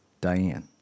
Diane